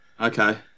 Okay